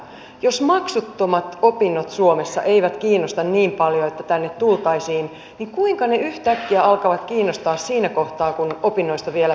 jos maksuttomat opinnot suomessa eivät kiinnosta niin paljoa että tänne tultaisiin niin kuinka ne yhtäkkiä alkavat kiinnostaa siinä kohtaa kun opinnoista vielä peritään maksu